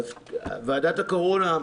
ועדת הקורונה,